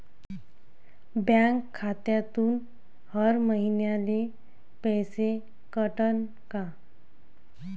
Bank खात्यातून हर महिन्याले पैसे कटन का?